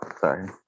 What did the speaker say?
Sorry